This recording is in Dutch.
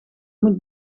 moet